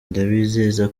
ndabizeza